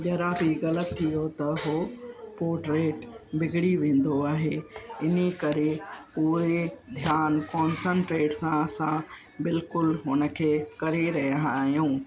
ज़रा बि ग़लति थी वियो त उहो पोट्रेट बिगड़ी वेंदो आहे इअं करे उहे ध्यान कोंसनट्रेट सां असां बिल्कुलु हुनखे करे रहिया आहियूं